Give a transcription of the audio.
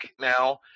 now